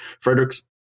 Frederick's